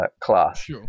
class